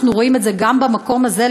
ואנחנו רואים את זה גם במקום הזה,